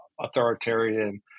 authoritarian